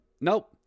Nope